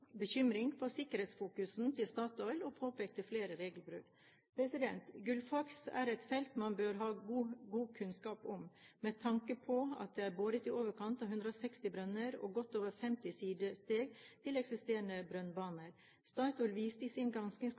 bekymring for sikkerhetsfokuset til Statoil og påpekte flere regelbrudd. Gullfaks er et felt man bør ha god kunnskap om, med tanke på at det er boret i overkant av 160 brønner og godt over 50 sidesteg til eksisterende brønnbaner. Statoil viste i sin